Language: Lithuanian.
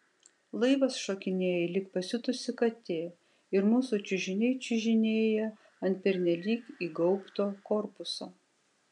laivas šokinėja lyg pasiutusi katė ir mūsų čiužiniai čiužinėja ant pernelyg įgaubto korpuso